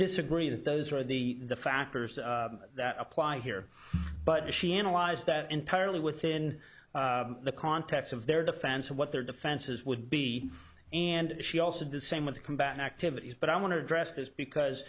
disagree that those are the factors that apply here but she analyzed that entirely within the context of their defense of what their defenses would be and she also did same with combat activities but i want to address this because